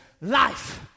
life